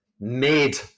made